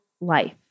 life